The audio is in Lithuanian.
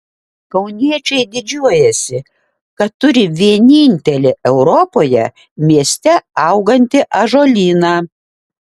kauniečiai didžiuojasi kad turi vienintelį europoje mieste augantį ąžuolyną